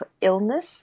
illness